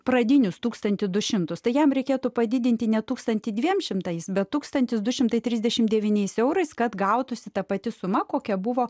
pradinius tūkstantį du šimtus tai jam reikėtų padidinti ne tūkstantį dviem šimtais bet tūkstantis du šimtai trisdešimt devyniais eurais kad gautųsi ta pati suma kokia buvo